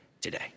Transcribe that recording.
today